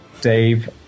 Dave